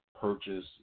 purchase